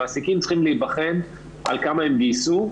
המעסיקים צריכים להבחן על כמה הם גייסו,